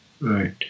Right